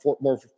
more